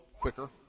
quicker